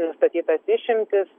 nustatytas išimtis